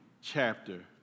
chapter